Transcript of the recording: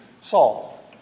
Saul